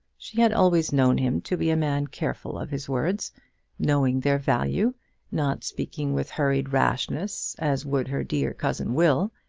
she had always known him to be a man careful of his words knowing their value not speaking with hurried rashness as would her dear cousin will.